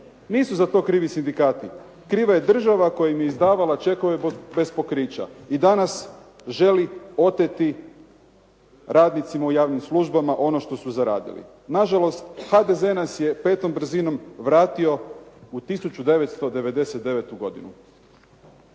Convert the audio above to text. Nisu za to krivi sindikati. Kriva je država koja im je izdavala čekove bez pokrića. I danas želi oteti radnicima u javnim službama ono što su zaradili. Nažalost, HDZ nas je petom brzinom vratio u 1999. godinu.